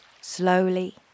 slowly